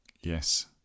Yes